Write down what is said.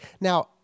Now